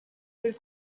del